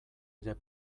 ere